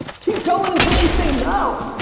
keep going until they say no.